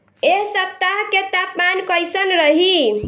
एह सप्ताह के तापमान कईसन रही?